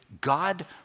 God